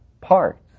parts